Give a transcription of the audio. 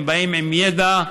הם באים עם ידע.